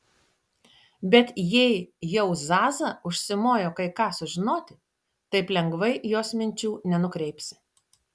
bet jei jau zaza užsimojo kai ką sužinoti taip lengvai jos minčių nenukreipsi